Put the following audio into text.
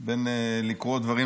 אם לקרוא דברים